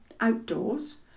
outdoors